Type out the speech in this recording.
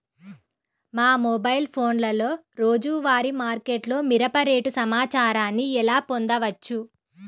మా మొబైల్ ఫోన్లలో రోజువారీ మార్కెట్లో మిరప రేటు సమాచారాన్ని ఎలా పొందవచ్చు?